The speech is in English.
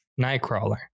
Nightcrawler